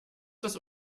das